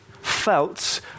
felt